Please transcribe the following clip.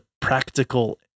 practical